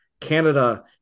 Canada